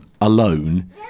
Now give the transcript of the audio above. alone